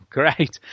great